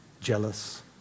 jealous